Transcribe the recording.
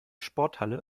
sporthalle